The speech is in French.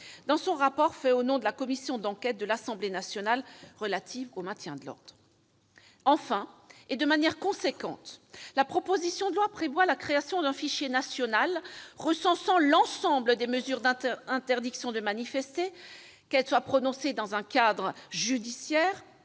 dans son rapport rédigé au nom de la commission d'enquête de l'Assemblée nationale relative au maintien de l'ordre. Enfin, de manière conséquente, la proposition de loi prévoit la création d'un fichier national recensant l'ensemble des mesures d'interdiction de manifester, qu'elles soient prononcées dans un cadre judiciaire